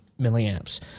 milliamps